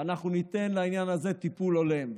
ואנחנו ניתן בעניין הזה טיפול הולם.